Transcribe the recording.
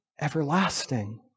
everlasting